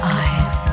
eyes